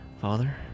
Father